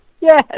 Yes